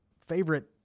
favorite